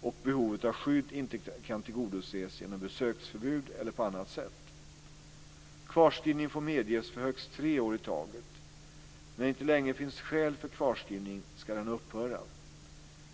och behovet av skydd inte kan tillgodoses genom besöksförbud eller på annat sätt. Kvarskrivning får medges för högst tre år i taget. När det inte längre finns skäl för kvarskrivning ska den upphöra.